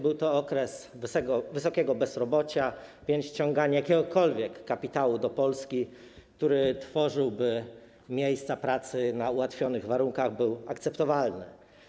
Był to okres wysokiego bezrobocia, więc ściąganie jakiegokolwiek kapitału do Polski, który tworzyłby miejsca pracy na ułatwionych warunkach, było akceptowalne.